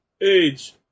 Age